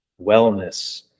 wellness